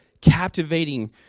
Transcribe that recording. captivating